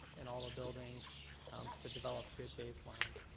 in all the buildings to develop good baselines.